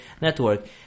network